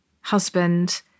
husband